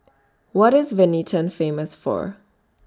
What IS Vientiane Famous For